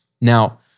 Now